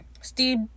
steve